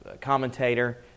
commentator